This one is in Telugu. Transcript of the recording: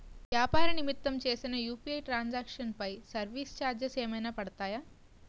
వ్యాపార నిమిత్తం చేసిన యు.పి.ఐ ట్రాన్ సాంక్షన్ పై సర్వీస్ చార్జెస్ ఏమైనా పడతాయా?